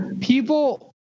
people